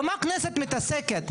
ובמה הכנסת מתעסקת?